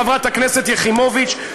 חברת הכנסת יחימוביץ,